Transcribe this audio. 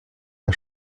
des